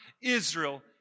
Israel